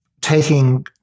taking